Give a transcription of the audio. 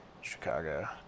Chicago